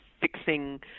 fixing